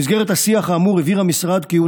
במסגרת השיח האמור הבהיר המשרד כי הוא